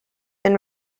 been